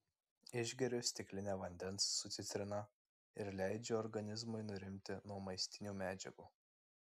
išgeriu stiklinę vandens su citrina ir leidžiu organizmui nurimti nuo maistinių medžiagų